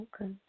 Okay